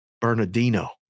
Bernardino